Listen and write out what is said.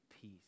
peace